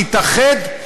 להתאחד,